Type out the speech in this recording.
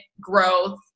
Growth